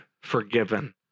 forgiven